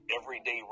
everyday